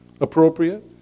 appropriate